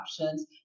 options